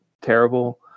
terrible